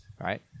right